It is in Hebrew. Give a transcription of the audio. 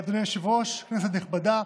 אדוני היושב-ראש, כנסת נכבדה,